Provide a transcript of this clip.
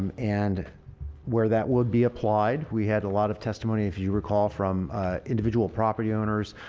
and and where that would be applied we had a lot of testimony if you recall from individual property owners,